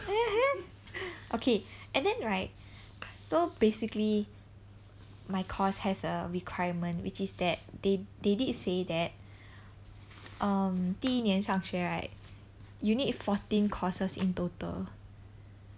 okay and then right so basically my course has a requirement which is that they they did say that um 第一年上学 right you need fourteen courses in total